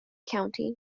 county